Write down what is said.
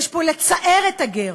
יש פה לצער את הגר,